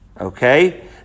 Okay